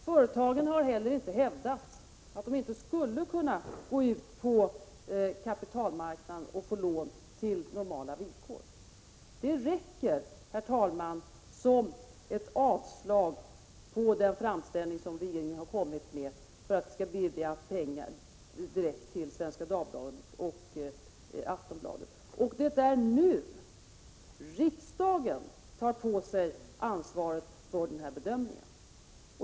Företagen har heller inte hävdat att de inte skulle kunna gå ut på kapitalmarknaden och få lån till normala villkor. Det räcker, herr talman, för ett avslag på den framställning som regeringen har gjort om att det skall beviljas pengar direkt till Svenska Dagbladet och Aftonbladet. Riksdagen tar nu på sig ansvaret för denna bedömning.